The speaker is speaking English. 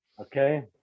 okay